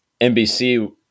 NBC